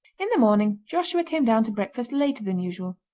in the morning joshua came down to breakfast later than usual.